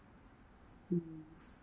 mm